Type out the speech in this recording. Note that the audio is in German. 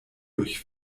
durch